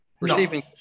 receiving